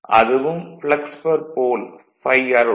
அதுவும் flux pole Fluxpole ∅r உடன்